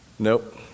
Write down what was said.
Nope